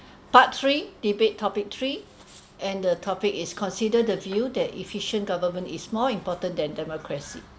part three debate topic three and the topic is consider the view that efficient government is more important than democracy